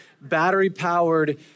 battery-powered